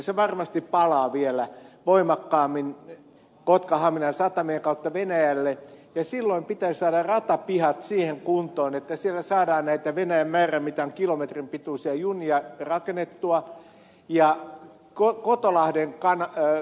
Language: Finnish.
se varmasti palaa vielä voimakkaammin kotkan ja haminan satamien kautta venäjälle ja silloin pitäisi saada ratapihat siihen kuntoon että siellä saadaan näitä venäjän määrämitan kilometrin pituisia junia rakennettua ja koko talouden kannalta ei